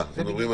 אני מבין